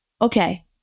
okay